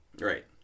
Right